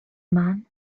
man